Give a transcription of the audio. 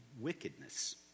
wickedness